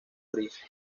gris